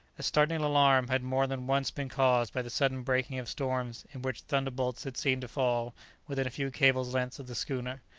a startling alarm had more than once been caused by the sudden breaking of storms in which thunderbolts had seemed to fall within a few cables' lengths of the schooner.